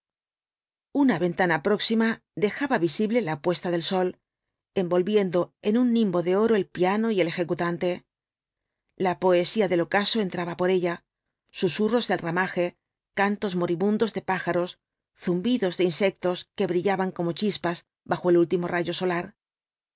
una ventana próxima dejaba visible la puesta del sol envolviendo en un nimbo de oro el piano y el ejecutante la poesía del ocaso entraba por ella susurros del ramaje cantos moribundos de pájaros zumbidos de insectos que brillaban como chispas bajo el último rayo solar